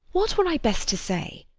what were i best to say?